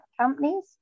companies